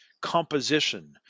composition